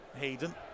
Hayden